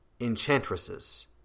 Enchantresses